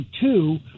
two